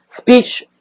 speech